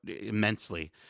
immensely